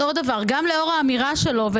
גם לאור האמירה של חבר הכנסת קיש